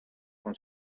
con